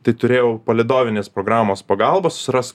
tai turėjau palydovinės programos pagalba susiras